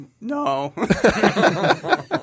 No